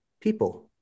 people